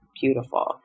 beautiful